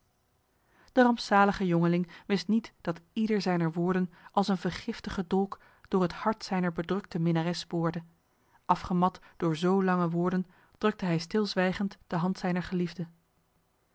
de rampzalige jongeling wist niet dat ieder zijner woorden als een vergiftige dolk door het hart zijner bedrukte minnares boorde afgemat door zo lange woorden drukte hij stilzwijgend de hand zijner geliefde